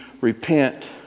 repent